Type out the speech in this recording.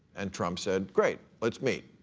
and trump said, great, let's meet.